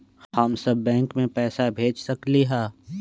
हम सब बैंक में पैसा भेज सकली ह?